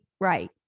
right